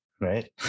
right